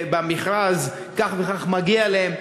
במכרז, שכך וכך מגיע להם.